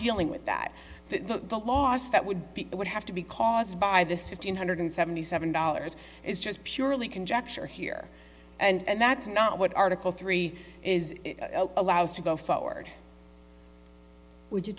dealing with that the last that would be it would have to be caused by this fifteen hundred seventy seven dollars is just purely conjecture here and that's not what article three is allowed to go forward would you